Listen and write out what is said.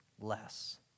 less